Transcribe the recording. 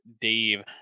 Dave